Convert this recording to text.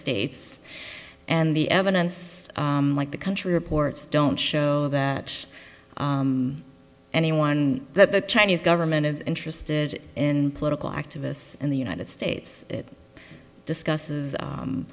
states and the evidence like the country reports don't show that anyone that the chinese government is interested in political activists in the united states discusses